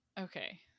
okay